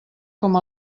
com